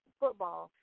football